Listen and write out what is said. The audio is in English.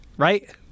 right